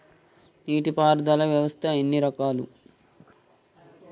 నీటి పారుదల వ్యవస్థ ఎన్ని రకాలు?